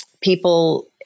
People